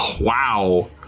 Wow